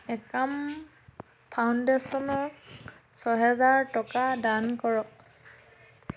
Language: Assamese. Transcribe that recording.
একাম ফাউণ্ডেশ্যনক ছহেজাৰ টকা দান কৰক